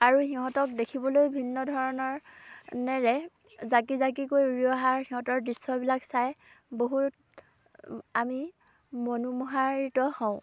আৰু সিহঁতক দেখিবলৈয়ো ভিন্ন ধৰণৰ জাকি জাকিকৈ উৰি অহা সিহঁতৰ দৃশ্যবিলাক চাই বহুত আমি মনোমোহিত হওঁ